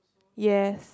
yes